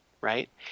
Right